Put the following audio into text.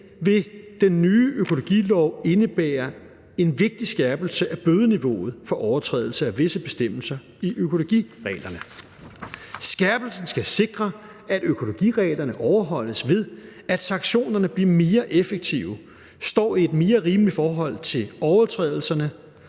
vil den ny økologilov indebære en vigtig skærpelse af bødeniveauet for overtrædelse af visse bestemmelser i økologireglerne. Skærpelsen skal sikre, at økologireglerne overholdes, ved at sanktionerne bliver mere effektive, står i et mere rimeligt forhold til overtrædelserne